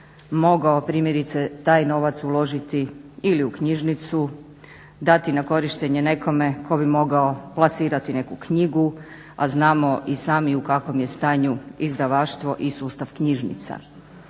mogao primjerice taj novac uložiti ili u knjižnicu, dati na korištenje nekome tko bi mogao plasirati neku knjigu a znamo i sami u kakvom je stanju izdavaštvo i sustav knjižnica.